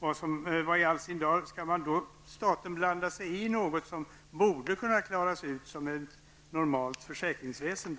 Varför skall staten blanda sig i något som borde kunna klaras ut genom ett normalt försäkringsväsende?